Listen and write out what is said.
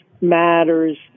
matters